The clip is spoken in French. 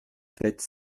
faite